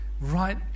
right